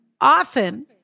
often